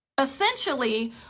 essentially